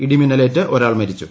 ഇടിമിന്നലേറ്റ് ഒരാൾ മരിച്ചു